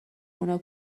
اونا